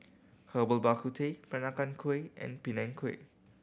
Herbal Bak Ku Teh Peranakan Kueh and Png Kueh